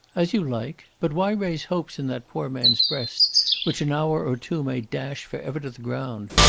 as you like. but why raise hopes in that poor man's breast which an hour or two may dash for ever to the ground?